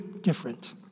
different